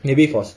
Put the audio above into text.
maybe it was